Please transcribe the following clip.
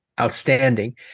outstanding